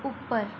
ਉੱਪਰ